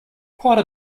quite